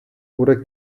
oder